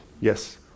Yes